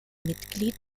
mitglied